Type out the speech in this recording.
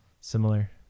similar